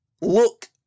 look